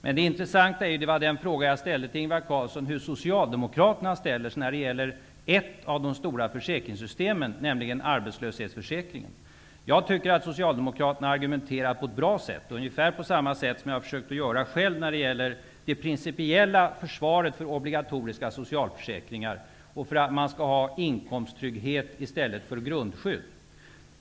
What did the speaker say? Men det intressanta är ju, och det var den fråga jag ställde till Ingvar Carlsson, hur Socialdemokraterna ställer sig när det gäller ett av de stora försäkringssystemen, nämligen arbetslöshetsförsäkringen. Jag tycker att socialdemokraterna har argumenterat på ett bra sätt, ungefär på samma sätt som jag har försökt att göra själv, när det gäller det principiella försvaret för obligatoriska socialförsäkringar och för att man skall ha inkomsttrygghet i stället för grundskydd.